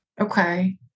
okay